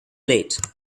late